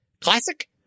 Classic